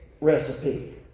recipe